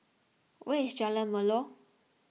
where is Jalan Melor